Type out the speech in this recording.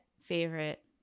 favorite